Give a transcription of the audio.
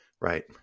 Right